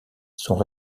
sont